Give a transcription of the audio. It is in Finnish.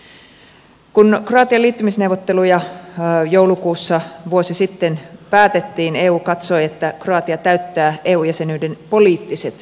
kun kroatian liittymisneuvotteluja joulukuussa vuosi sitten päätettiin eu katsoi että kroatia täyttää eu jäsenyyden poliittiset kriteerit